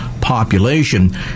population